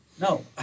No